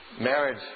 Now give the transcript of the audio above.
marriage